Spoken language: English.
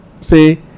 say